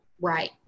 Right